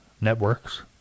networks